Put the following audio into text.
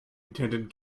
attended